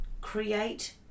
create